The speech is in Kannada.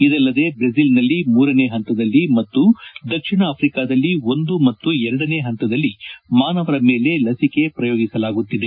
ಇದಲ್ಲದೇ ಬ್ರೆಜಲ್ನಲ್ಲಿ ಮೂರನೇ ಹಂತದಲ್ಲಿ ಮತ್ತು ದಕ್ಷಿಣ ಆಫ್ರಿಕಾದಲ್ಲಿ ಒಂದು ಮತ್ತು ಎರಡನೇ ಹಂತದಲ್ಲಿ ಮಾನವರ ಮೇಲೆ ಲಸಿಕೆ ಪ್ರಯೋಗಿಸಲಾಗುತ್ತಿದೆ